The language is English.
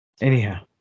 Anyhow